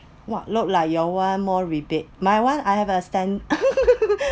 !wah! look like your one more rebate my one I have a stand~